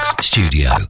Studio